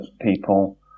people